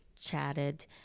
chatted